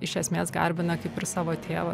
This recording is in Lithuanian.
iš esmės garbina kaip ir savo tėvą